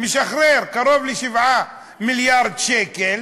הוא משחרר קרוב ל-7 מיליארד שקל